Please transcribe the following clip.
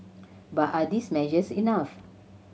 but are these measures enough